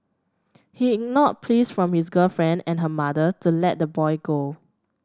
he ignored pleas from his girlfriend and her mother to let the boy go